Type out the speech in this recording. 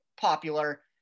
popular